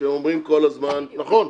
שאומרים כל הזמן נכון,